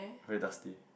very dusty